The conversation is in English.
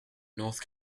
north